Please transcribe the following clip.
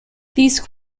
these